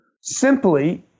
simply